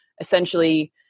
essentially